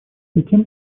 затем